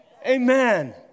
Amen